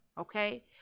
okay